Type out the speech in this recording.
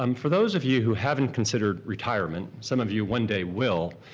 um for those of you who haven't considered retirement, some of you one day will,